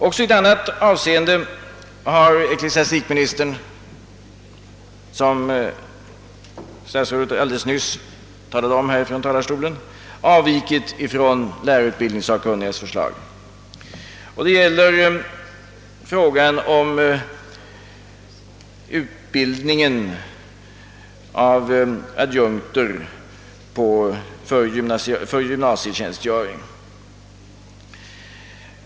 Även i ett annat avseende har ecklesiastikministern — statsrådet talade alldeles nyss om det från talarstolen — avvikit från lärarutbildningssakkunnigas förslag. Det gäller frågan om utbildningen av adjunkter för gymnasietjänstgöring.